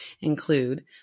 include